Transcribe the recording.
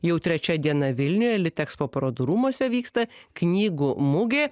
jau trečia diena vilniuje litexpo parodų rūmuose vyksta knygų mugė